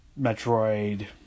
Metroid